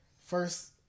first